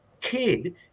kid